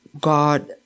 God